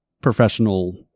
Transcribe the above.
professional